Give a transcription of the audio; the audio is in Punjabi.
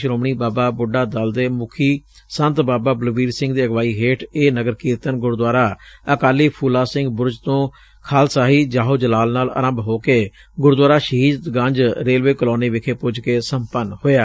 ਸ੍ਹੱਮਣੀ ਬਾਬਾ ਬੁੱਢਾ ਦਲ ਦੇ ਮੁਖੀ ਸੰਤ ਬਾਬਾ ਬਲਬੀਰ ਸਿੰਘ ਦੀ ਅਗਵਾਈ ਹੇਠ ਇਹ ਨਗਰ ਕੀਰਤਨ ਗੁਰਦੁਆਰਾ ਅਕਾਲੀ ਫੂਲਾ ਸਿੰਘ ਬੁਰਜ ਤੋਂ ਖਾਲਸਾਹੀ ਜਾਹੋ ਜਲਾਲ ਨਾਲ ਆਰੰਭ ਹੋ ਕੇ ਗੁਰਦੁਆਰਾ ਸ਼ਹੀਦ ਗੰਜ ਰੇਲਵੇ ਕਲੌਨੀ ਵਿਖੇ ਪੁੱਜ ਕੇ ਸੰਪਨ ਹੋਇਆ